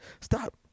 stop